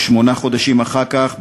ושמונה חודשים אחר כך,